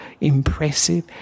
impressive